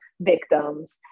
victims